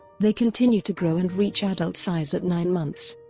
they continue to grow and reach adult size at nine months.